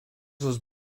was